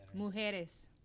Mujeres